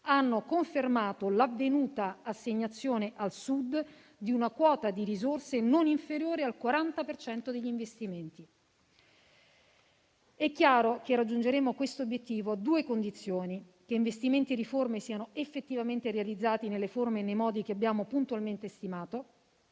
hanno confermato l'avvenuta assegnazione al Sud di una quota di risorse non inferiore al 40 per cento degli investimenti. È chiaro che raggiungeremo quest'obiettivo a due condizioni: che investimenti e riforme siano effettivamente realizzati nelle forme e nei modi che abbiamo puntualmente stimato